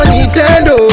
Nintendo